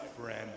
friend